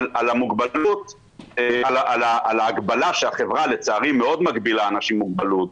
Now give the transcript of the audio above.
אבל על ההגבלה שלצערי החברה מגבילה אנשים עם מוגבלות,